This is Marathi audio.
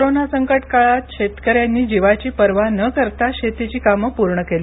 कोरोना संकटकाळात शेतकऱ्यांनी जीवाची पर्वा न करता शेतीची कामे पूर्ण केली